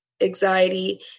anxiety